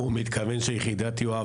הוא מתכוון שיחידת יואב,